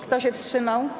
Kto się wstrzymał?